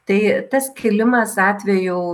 tai tas kilimas atvejų